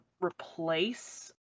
replace